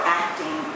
acting